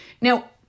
Now